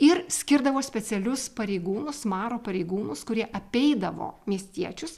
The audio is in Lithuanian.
ir skirdavo specialius pareigūnus maro pareigūnus kurie apeidavo miestiečius